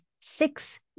six